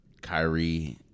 Kyrie